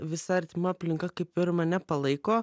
visa artima aplinka kaip ir mane palaiko